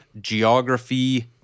geography